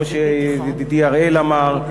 כמו שידידי אראל אמר,